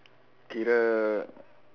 kira